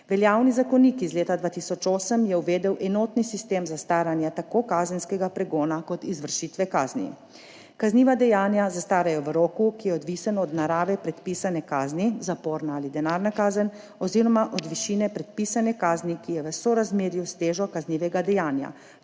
Veljavni zakonik iz leta 2008 je uvedel enotni sistem zastaranja tako kazenskega pregona kot izvršitve kazni. Kazniva dejanja zastarajo v roku, ki je odvisen od narave predpisane kazni, zaporna ali denarna kazen, oziroma od višine predpisane kazni, ki je v sorazmerju s težo kaznivega dejanja,